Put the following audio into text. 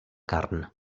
carn